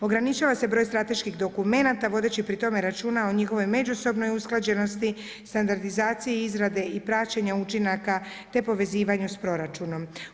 Ograničava se broj strateških dokumenata vodeći pri tome računa o njihovoj međusobnoj usklađenosti, standardizaciji izrade i praćenja učinaka te povezivanju s proračunom.